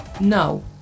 no